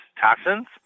toxins